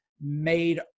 made